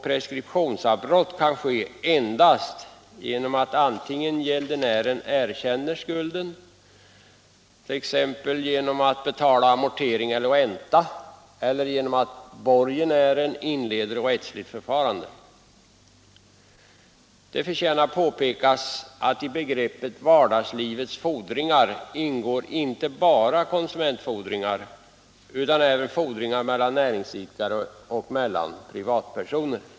Preskriptionsavbrott kan ske endast antingen genom att gäldenären erkänner skulden, t.ex. genom att betala amortering eller ränta, eller genom att borgenären inleder rättsligt förfarande. Det förtjänar att påpekas att i begreppet vardagslivets fordringar ingår inte bara konsumentfordringar utan även fordringar mellan näringsidkare och mellan privatpersoner.